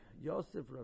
Yosef